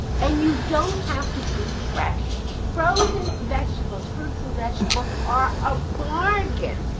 and you don't have to do fresh. frozen vegetables, fruits and vegetables, are a bargain.